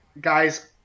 Guys